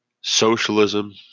socialism